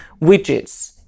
widgets